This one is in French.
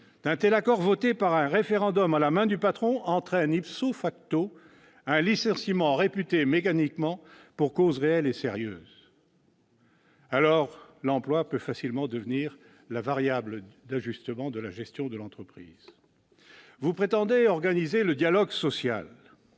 d'un tel accord adopté par un référendum à la main du patron entraîne un licenciement mécaniquement réputé « pour cause réelle et sérieuse ». Alors, l'emploi peut facilement devenir la variable d'ajustement de la gestion de l'entreprise. Vous prétendez organiser le dialogue social.